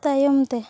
ᱛᱟᱭᱚᱢᱛᱮ